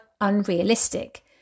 unrealistic